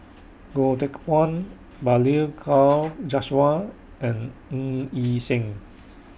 Goh Teck Phuan Balli Kaur Jaswal and Ng Yi Sheng